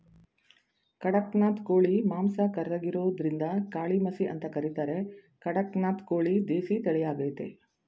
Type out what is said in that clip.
ಖಡಕ್ನಾಥ್ ಕೋಳಿ ಮಾಂಸ ಕರ್ರಗಿರೋದ್ರಿಂದಕಾಳಿಮಸಿ ಅಂತ ಕರೀತಾರೆ ಕಡಕ್ನಾಥ್ ಕೋಳಿ ದೇಸಿ ತಳಿಯಾಗಯ್ತೆ